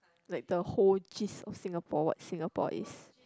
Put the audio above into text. like the whole gist of Singapore what Singapore is